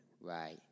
Right